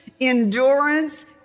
endurance